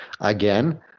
again